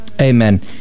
Amen